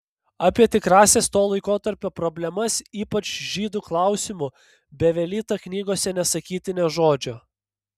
apie tikrąsias to laikotarpio problemas ypač žydų klausimu bevelyta knygose nesakyti nė žodžio